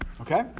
okay